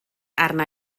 arna